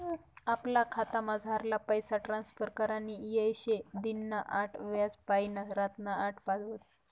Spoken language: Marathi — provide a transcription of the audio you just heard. आपला खातामझारला पैसा ट्रांसफर करानी येय शे दिनना आठ वाज्यापायीन रातना आठ पावत